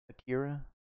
Akira